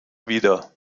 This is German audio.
wieder